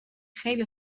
خیلی